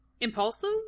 Impulsive